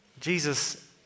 Jesus